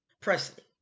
Presley